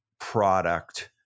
product